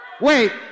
Wait